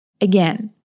Again